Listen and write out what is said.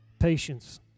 Patience